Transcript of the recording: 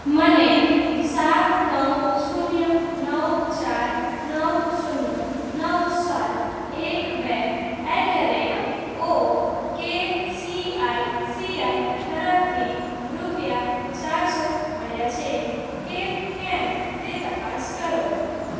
મને સાત નવ શૂન્ય નવ ચાર નવ શૂન્ય નવ સાત એક બે at the rate O K C I C I તરફથી રૂપિયા ચારસો મળ્યાં છે કે કેમ તે તપાસ કરો